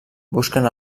busquen